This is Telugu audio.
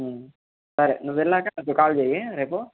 సరే నువ్వు వెళ్ళాకా కాల్ చెయ్యి రేపు